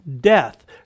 death